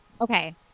okay